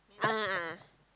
a'ah